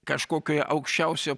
kažkokioj aukščiausio